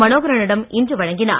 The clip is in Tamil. மனோகரனிடம் இன்று வழங்கினார்